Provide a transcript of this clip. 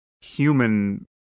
human